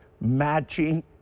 matching